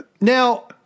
Now